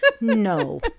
No